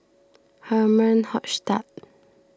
Herman Hochstadt